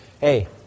Hey